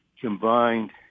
combined